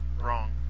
wrong